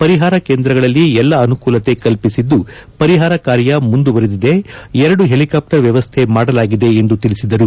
ಪರಿಹಾರ ಕೇಂದ್ರಗಳಲ್ಲಿ ಎಲ್ಲ ಅನುಕೂಲತೆ ಕಲ್ಪಿಸಿದ್ದು ಪರಿಹಾರ ಕಾರ್ಯ ಮುಂದುವರೆದಿದೆ ಎರಡು ಹೆಲಿಕಾಪ್ಟರ್ ವ್ಯವಸ್ಥೆ ಮಾಡಲಾಗಿದೆ ಎಂದು ಅವರು ತಿಳಿಸಿದರು